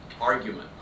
argument